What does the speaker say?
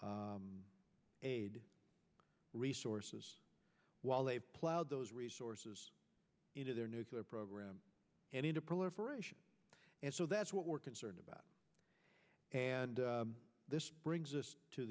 regime aid resources while they ploughed those resources into their nuclear program and into proliferation and so that's what we're concerned about and this brings us to